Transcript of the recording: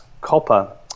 copper